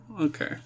Okay